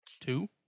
Two